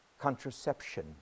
contraception